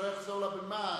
שלא יחזור לבמה.